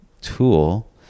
tool